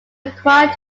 required